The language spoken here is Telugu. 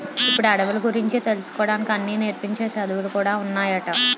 ఇప్పుడు అడవుల గురించి తెలుసుకోడానికి అన్నీ నేర్పించే చదువులు కూడా ఉన్నాయట